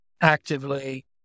actively